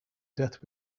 death